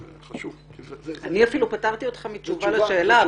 אני אפילו פטרתי אותך מתשובה לשאלה,